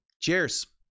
Cheers